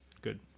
good